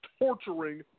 torturing